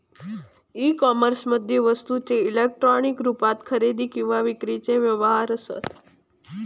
E कोमर्समध्ये वस्तूंचे electronic रुपात खरेदी किंवा विक्रीचे व्यवहार असत